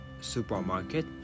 supermarket